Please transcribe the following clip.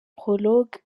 prologue